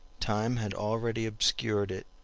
time had already obscured it,